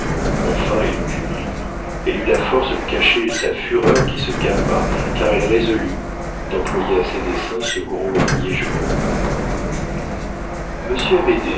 enfin elle put rire elle eut la force de cacher sa fureur qui se calma car elle résolut d'employer à ses desseins ce gros et niais jeune homme monsieur